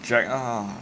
drag ah